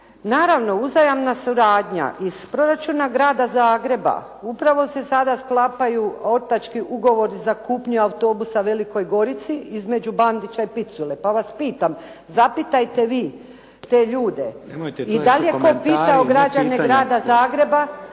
Naravno uzajamna suradnja iz proračuna Grada Zagreba upravo se sada sklapaju ortački ugovori za kupnju autobusa Velikoj Gorici između Bandića i Picule, pa vas pitam zapitajte vi te ljude. **Šeks, Vladimir